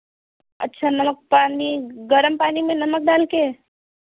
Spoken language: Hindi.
अच्छा नमक पानी गरम पानी में नमक डालकर